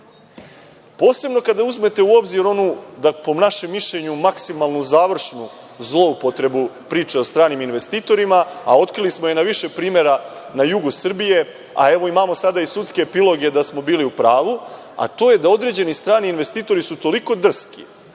vidljiv. Posebno kada uzmete u obzir onu, po našem mišljenju, maksimalnu završnu zloupotrebu priče o stranim investitorima, a otkrili smo je na više primera na jugu Srbije, a evo imamo sada i sudske epiloge da smo bili u pravu, a to je da su određeni strani investitori toliko drski